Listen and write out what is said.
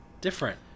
different